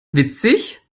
witzig